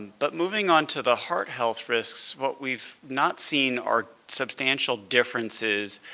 but moving on to the heart health risks, what we've not seen are substantial differences,